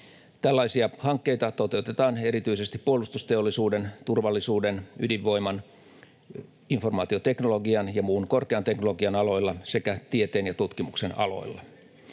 Tällaisia hankkeita toteutetaan erityisesti puolustusteollisuuden, turvallisuuden, ydinvoiman, informaatioteknologian ja muun korkean teknologian aloilla sekä tieteen ja tutkimuksen aloilla.